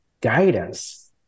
guidance